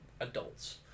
adults